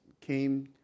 came